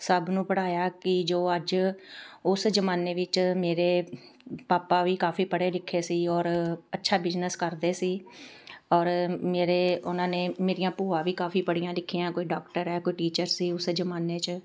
ਸਭ ਨੂੰ ਪੜ੍ਹਾਇਆ ਕਿ ਜੋ ਅੱਜ ਉਸ ਜ਼ਮਾਨੇ ਵਿੱਚ ਮੇਰੇ ਪਾਪਾ ਵੀ ਕਾਫੀ ਪੜ੍ਹੇ ਲਿਖੇ ਸੀ ਔਰ ਅੱਛਾ ਬਿਜ਼ਨਸ ਕਰਦੇ ਸੀ ਔਰ ਮੇਰੇ ਉਹਨਾਂ ਨੇ ਮੇਰੀਆਂ ਭੂਆ ਵੀ ਕਾਫੀ ਪੜ੍ਹੀਆਂ ਲਿਖੀਆਂ ਹੈ ਕੋਈ ਡੋਕਟਰ ਹੈ ਕੋਈ ਟੀਚਰ ਸੀ ਉਸ ਜ਼ਮਾਨੇ 'ਚ